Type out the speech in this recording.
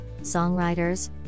songwriters